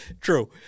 True